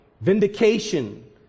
vindication